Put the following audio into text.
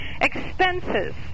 expenses